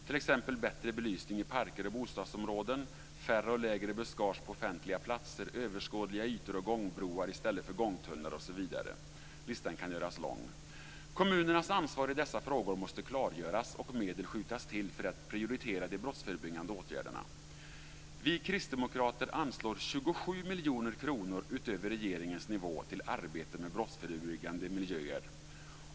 Man kan ha bättre belysning i parker och bostadsområden, färre och lägre buskage på offentliga platser, överskådliga ytor och broar i stället för gångtunnlar osv. Listan kan göras lång. Kommunernas ansvar i dessa frågor måste klargöras, och medel måste skjutas till för att man ska prioritera de brottsförebyggande åtgärderna. Vi kristdemokrater anslår 27 miljoner kronor utöver regeringens nivå till arbetet med brottsförebyggande miljöer.